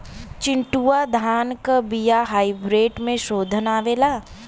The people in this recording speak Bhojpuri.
चिन्टूवा धान क बिया हाइब्रिड में शोधल आवेला?